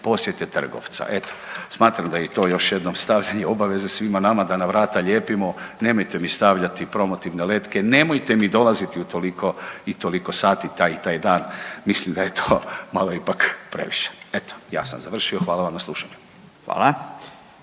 posjete trgovca, eto smatram da i to još jednom stavljanje obaveze svima nama da na vrata lijepimo nemojte mi stavljati promotivne letke, nemojte mi dolaziti u toliko i toliko sati taj i taj dan, mislim da je to malo ipak previše. Eto, ja sam završio, hvala vam na slušanju.